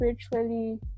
spiritually